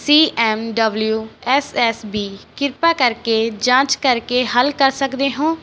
ਸੀ M W S S B ਕਿਰਪਾ ਕਰਕੇ ਜਾਂਚ ਕਰ ਕੇ ਹੱਲ ਕਰ ਸਕਦੇ ਹੋ